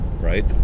right